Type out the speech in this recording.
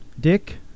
Dick